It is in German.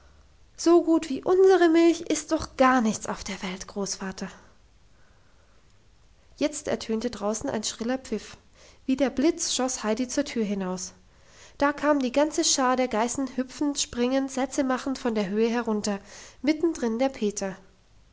so gut wie unsere milch ist doch gar nichts auf der welt großvater jetzt ertönte draußen ein schriller pfiff wie der blitz schoss heidi zur tür hinaus da kam die ganze schar der geißen hüpfend springend sätze machend von der höhe herunter mittendrin der peter